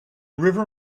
river